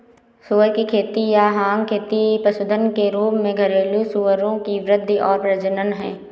सुअर की खेती या हॉग खेती पशुधन के रूप में घरेलू सूअरों की वृद्धि और प्रजनन है